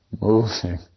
Moving